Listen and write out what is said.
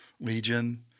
Legion